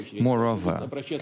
Moreover